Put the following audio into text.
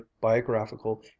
biographical